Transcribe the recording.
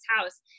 house